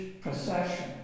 procession